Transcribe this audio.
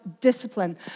discipline